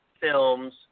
films